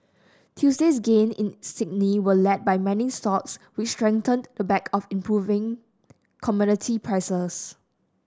Tuesday's gains in Sydney were led by mining stocks which strengthened the back of improving commodity prices